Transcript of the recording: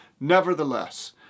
Nevertheless